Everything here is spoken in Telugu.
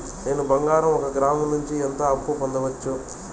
నేను బంగారం ఒక గ్రాము నుంచి ఎంత అప్పు పొందొచ్చు